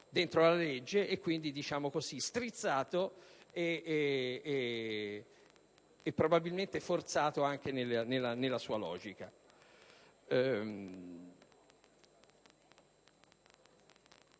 dentro la legge e quindi compresso e probabilmente forzato anche nella logica.